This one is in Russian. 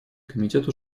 комитет